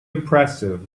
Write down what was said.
impressive